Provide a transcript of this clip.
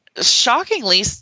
shockingly